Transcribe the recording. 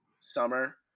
summer